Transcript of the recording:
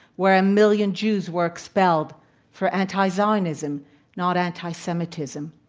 where a million jews were expelled for anti-zionism, not anti-semitism.